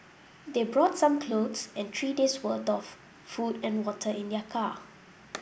they brought some clothes and three days' worth of food and water in their car